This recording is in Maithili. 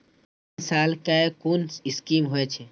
तीन साल कै कुन स्कीम होय छै?